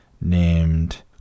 named